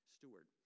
Steward